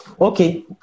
Okay